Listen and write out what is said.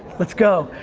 let's go.